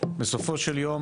בסופו של יום